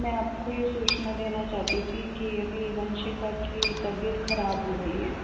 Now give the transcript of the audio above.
मैं आपको ये सूचना देना चाहती थी कि अभी वंशिका की तबीयत खराब हो रही है